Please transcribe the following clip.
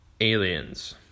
aliens